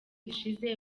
gishize